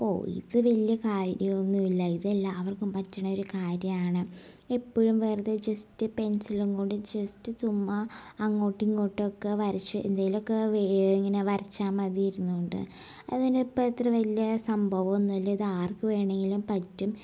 ഓ ഇത് വലിയ കാര്യോന്നൂമല്ല ഇതെല്ലാവർക്കും പറ്റണൊരു കാര്യമാണ് എപ്പോഴും വെറുതെ ജസ്റ്റ് പെൻസിലും കൊണ്ട് ജസ്റ്റ് ചുമ്മാ അങ്ങോട്ടും ഇങ്ങോട്ടൊക്കെ വരച്ച് എന്തേലൊക്കെ ഇങ്ങനെ ജസ്റ്റ് മതി ഇരുന്നോണ്ട് അതിനിപ്പോൾ ഇത്ര വലിയ സംഭവോന്നൂല്ല ഇതാർക്കു വേണമെങ്കിലും പറ്റും